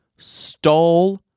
stole